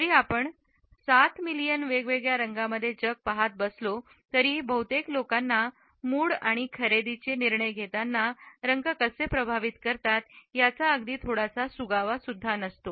जरी आपण साथ मिलियन वेगवेगळ्या रंगांमध्ये जग पाहत बसलो तरीही बहुतेक लोकांना मूड आणि खरेदीचे निर्णय घेताना रंग कसे प्रभावित करतात याचा अगदी थोडासा सुगावा सुद्धा नसतो